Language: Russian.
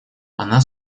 она